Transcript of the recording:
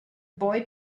boy